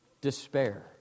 despair